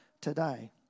today